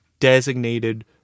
Designated